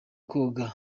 koga